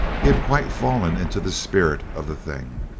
he had quite fallen into the spirit of the thing.